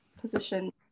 position